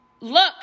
Look